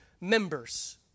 members